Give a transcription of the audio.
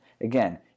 Again